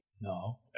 No